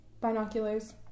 binoculars